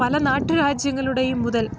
പല നാട്ട് രാജ്യങ്ങളുടെയും മുതൽ